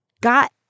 got